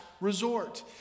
resort